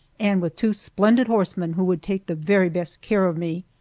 and with two splendid horsemen who would take the very best care of me.